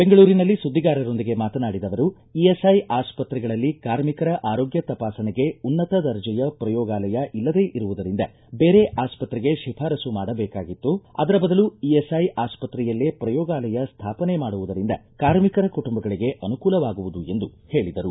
ಬೆಂಗಳೂರಿನಲ್ಲಿ ಸುದ್ದಿಗಾರರೊಂದಿಗೆ ಮಾತನಾಡಿದ ಅವರು ಇಎಸ್ಐ ಆಸ್ಪತ್ರೆಗಳಲ್ಲಿ ಕಾರ್ಮಿಕರ ಆರೋಗ್ಯ ತಪಾಸಣೆಗೆ ಉನ್ನತ ದರ್ಜೆಯ ಪ್ರಯೋಗಾಲಯ ಇಲ್ಲದೇ ಇರುವುದರಿಂದ ಬೇರೆ ಆಸ್ತತೆಗೆ ಶಿಫಾರಸು ಮಾಡಬೇಕಾಗಿತ್ತು ಅದರ ಬದಲು ಇಎಸ್ಐ ಆಸ್ಪತ್ರೆಯಲ್ಲೇ ಪ್ರಯೋಗಾಲಯ ಸ್ಥಾಪನೆ ಮಾಡುವುದರಿಂದ ಕಾರ್ಮಿಕರ ಕುಟುಂಬಗಳಿಗೆ ಅನುಕೂಲವಾಗುವುದು ಎಂದು ಹೇಳಿದರು